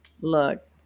Look